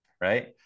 right